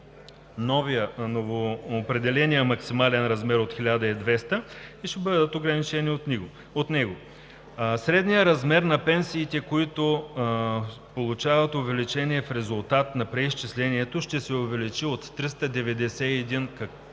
дори новоопределения максимален размер от 1200 и ще бъдат ограничени от него. Средният размер на пенсиите, които получават увеличение в резултат на преизчислението, ще се увеличи от 391,